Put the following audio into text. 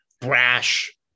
brash